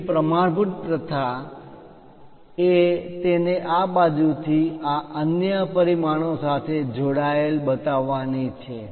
તેથી પ્રમાણભૂત પ્રથા એ તેને આ બાજુથી આ અન્ય પરિમાણો સાથે જોડાયેલ બતાવવાની છે